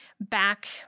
back